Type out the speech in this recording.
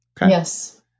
Yes